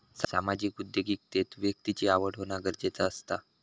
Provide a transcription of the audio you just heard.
सामाजिक उद्योगिकतेत व्यक्तिची आवड होना गरजेचा असता